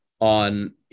on